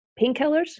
painkillers